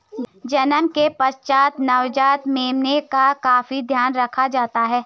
जन्म के पश्चात नवजात मेमने का काफी ध्यान रखा जाता है